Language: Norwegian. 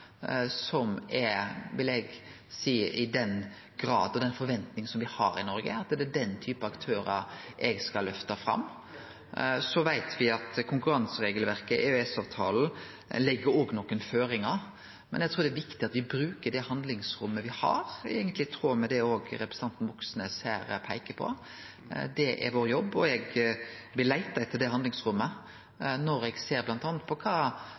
som er – vil eg seie – i samsvar med den graden av forventning me har i Noreg, eg skal løfte fram. Så veit me at konkurranseregelverket og EØS-avtalen legg nokre føringar, men eg trur det er viktig at me bruker det handlingsrommet me har, eigentleg i tråd med det òg representanten Moxnes her peiker på. Det er vår jobb, og eg vil leite etter det handlingsrommet når eg ser på bl.a. kva